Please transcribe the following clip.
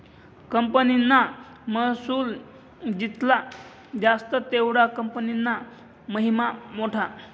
कंपनीना महसुल जित्ला जास्त तेवढा कंपनीना महिमा मोठा